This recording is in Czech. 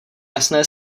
jasné